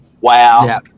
wow